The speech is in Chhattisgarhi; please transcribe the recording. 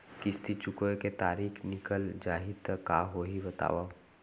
किस्ती चुकोय के तारीक निकल जाही त का होही बताव?